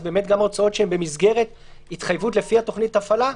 אז באמת גם ההוצאות שהן במסגרת התחייבות לפי התוכנית הפעלה,